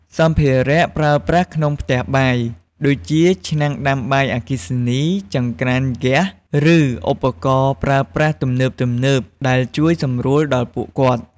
សម្ភារៈប្រើប្រាស់ក្នុងផ្ទះបាយ ដូចជាឆ្នាំងដាំបាយអគ្គិសនី ចង្ក្រានហ្គាស ឬឧបករណ៍ប្រើប្រាស់ទំនើបៗដែលជួយសម្រួលដល់ពួកគាត់។